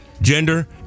gender